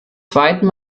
zweiten